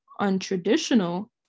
untraditional